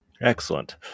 excellent